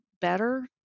better